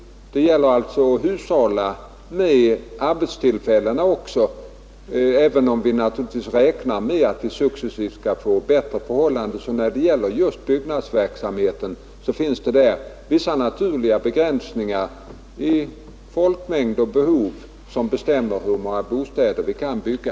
Det gäller alltså att hushålla också med arbetstillfällena, även om vi naturligtvis räknar med att vi successivt skall få bättre förhållanden. När det gäller byggnadsverksamheten finns det dessutom vissa naturligta begränsningar i folkmängd och behov som bestämmer hur många bostäder vi skall bygga.